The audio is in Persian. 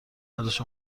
ارزش